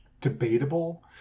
debatable